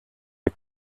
der